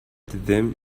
them